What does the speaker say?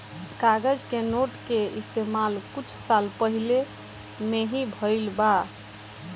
कागज के नोट के इस्तमाल कुछ साल पहिले में ही भईल बा